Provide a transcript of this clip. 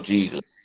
Jesus